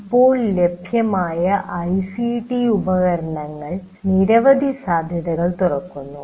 ഇപ്പോൾ ലഭ്യമായ ഐസിടി ഉപകരണങ്ങൾ നിരവധി സാധ്യതകൾ തുറക്കുന്നു